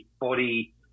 body